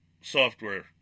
software